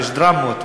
יש דרמות,